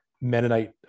Mennonite